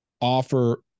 offer